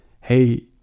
hey